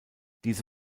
diese